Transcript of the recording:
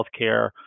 healthcare